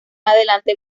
adelante